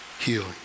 healing